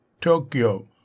Tokyo